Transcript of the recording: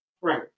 right